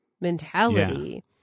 mentality